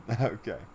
okay